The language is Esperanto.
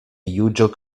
juĝo